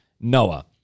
Noah